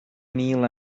kneel